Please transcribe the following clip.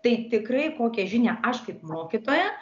tai tikrai kokią žinią aš kaip mokytoja